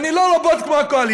אני לא רובוט כמו הקואליציה.